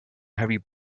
heavy